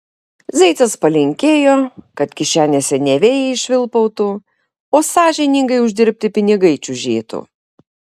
zeicas palinkėjo kad kišenėse ne vėjai švilpautų o sąžiningai uždirbti pinigai čiužėtų